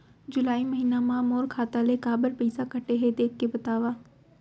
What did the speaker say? जुलाई महीना मा मोर खाता ले काबर पइसा कटे हे, देख के बतावव?